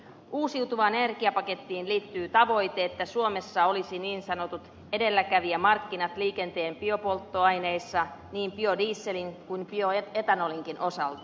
uusiutuvaan energiapakettiin liittyy tavoite että suomessa olisi niin sanotut edelläkävijämarkkinat liikenteen biopolttoaineissa niin biodieselin kuin bioetanolinkin osalta